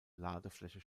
ladefläche